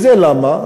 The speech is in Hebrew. וזה למה?